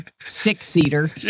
six-seater